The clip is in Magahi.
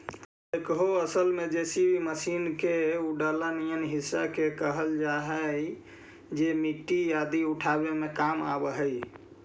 बेक्हो असल में जे.सी.बी मशीन के उ डला निअन हिस्सा के कहल जा हई जे मट्टी आदि उठावे के काम आवऽ हई